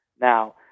now